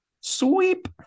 sweep